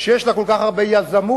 שיש לה כל כך הרבה יזמות,